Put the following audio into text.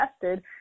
tested